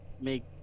make